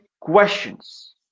questions